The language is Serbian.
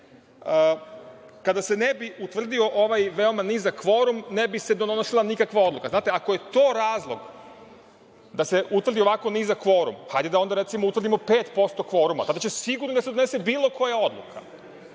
„Kada se ne bi utvrdio ovaj veoma nizak kvorum, ne bi se donosila nikakva odluka“. Znate, ako je to razlog da se utvrdi ovako nizak kvorum, hajde da onda, recimo, utvrdimo 5% kvoruma. Onda će sigurno da se donese bilo koja odluka. Ova